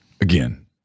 Again